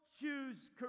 choose